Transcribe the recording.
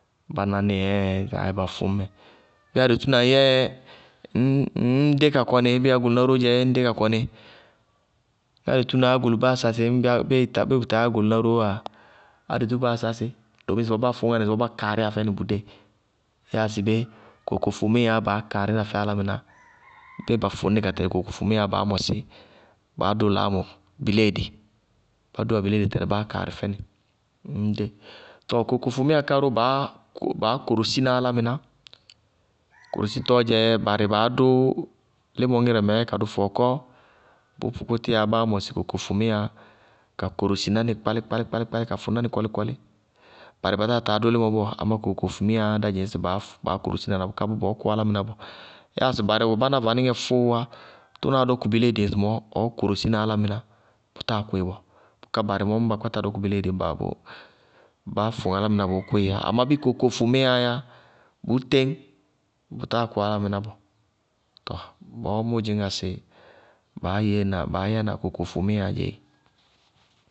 Ñŋ ba nánɩ, sɩ ɛɛɛŋ ba fʋñ mɛ. Ñŋ adetúná ŋyɛɛ, ŋñ dé ka kɔnɩ, bíɩ ágoluná róó dzɛɛ ŋñ dé ka kɔnɩ. Bíɩ adetúná, ágolubáá sasí, bíɩ bʋ taa yɛ ágoluná róó wáa adetúbaá sasí, doomi ŋsɩbɔɔ bá fʋñŋá ní ŋsɩbɔɔ bá kaaríyá fɛnɩ dée, yáa sɩ bé, kokóriyáá baá kaarína fɛ álámɩná. Ñŋ ba fʋñnɩ ka tɛlɩ kokofʋmíyaá baá mɔsí, báá dʋ laáamʋ biléedi, bá dʋwá biléedi tɛlɩ báá kaarɩ fɛnɩ ññ dé. Tɔɔ kokofʋmíya ká ró baá korosína álámɩná, korositɔɔ dzɛ barɩ baá dʋ límɔ ŋírɛ mɛ ka dʋ fɔɔkɔ, bʋe pʋkʋtíyá báá mɔsɩ kokofʋmíya ka korosiná nɩ kpálí-kpálí-kpálí ka fʋŋná nɩ kɔlí-kɔlí, barɩ ba táa taa dʋ límɔ bɔɔ, amá kokofʋmíyaá dá dzɩñŋsɩ baá korosína na bʋká bʋ bɔ kʋ álámɩná bɔɔ yáa sɩ barɩ wɛ báná vaníŋɛ fʋʋwá, tʋnaá dɔkʋ biléedi ŋsɩmɔɔ ɔɔ korosína álámɩná, bʋ táa kʋɩ bɔɔ, bʋká barɩ mɔɔ ñŋ ba kpáta dɔkʋ biléedi bá fʋŋ álámɩná, bʋʋ kʋɩí yá amá bíɩ kokofʋmíyaá yá, bʋʋ teñ bʋtáa kʋ álámɩná bɔɔ. Tɔɔ bɔɔ mʋʋ dzɩñŋá sɩ baá yɛna kokofʋmíyaá dzɛ éé.